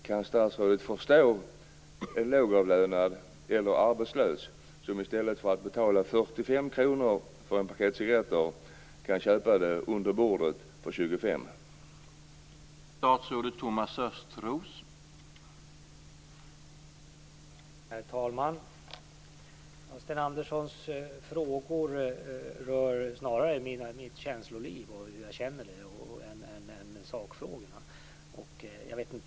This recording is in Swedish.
Kan statsrådet förstå en lågavlönad eller arbetslös som i stället för att betala 45 kr för ett paket cigaretter köper det under bordet för 25 kr?